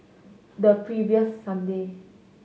the previous Sunday